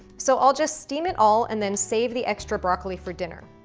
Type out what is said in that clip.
so i'll just steam it all, and then save the extra broccoli for dinner.